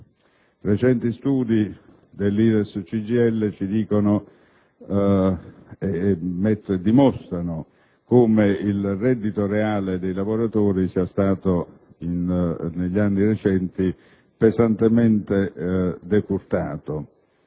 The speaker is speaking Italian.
Recenti studi dell'IRES CGIL dimostrano come il reddito reale dei lavoratori sia stato negli anni recenti pesantemente decurtato.